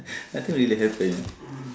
nothing really happen